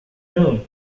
noon